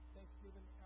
Thanksgiving